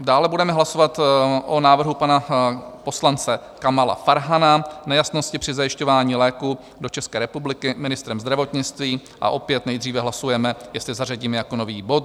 Dále budeme hlasovat o návrhu pana poslance Kamala Farhana nejasnosti při zajišťování léků do České republiky ministrem zdravotnictví, a opět nejdříve hlasujeme, jestli zařadíme jako nový bod.